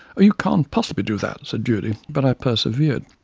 you can't possibly do that, and said judy but i persevered.